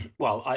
well,